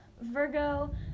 virgo